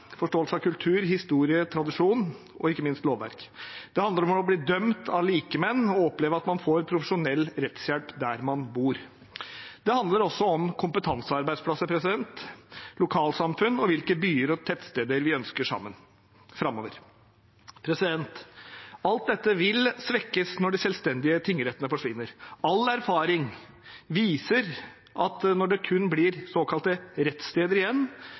av kultur, historie, tradisjon og ikke minst lovverk. Det handler om å bli dømt av likemenn og oppleve at man får profesjonell rettshjelp der man bor. Det handler også om kompetansearbeidsplasser, lokalsamfunn og hva slags byer og tettsteder vi ønsker framover. Alt dette vil svekkes når de selvstendige tingrettene forsvinner. All erfaring viser at når det kun blir såkalte rettssteder igjen,